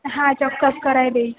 હા ચોક્કસ કરાવી દઇશ